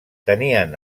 tenien